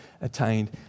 attained